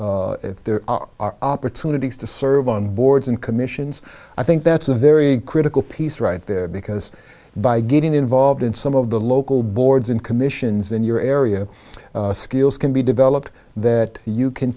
roles if there are opportunities to serve on boards and commissions i think that's a very critical piece right there because by getting involved in some of the local boards and commissions in your area skills can be developed that you can